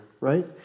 right